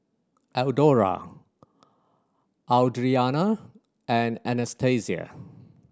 Eldora Audriana and Anastasia